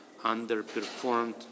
underperformed